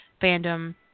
fandom